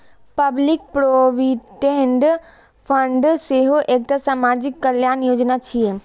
public provident fund सेहो एकटा सामाजिक कल्याण योजना छियै